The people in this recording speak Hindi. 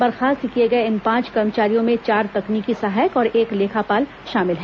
बर्खास्त किए गए इन पांच कर्मचारियों में चार तकनीकी सहायक और एक लेखापाल शामिल है